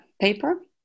paper